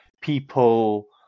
people